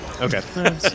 Okay